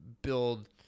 Build